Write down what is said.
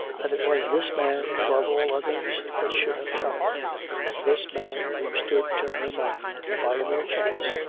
that it was this man, above all others, that should have come this man, who stood to her mind, by a mere chance,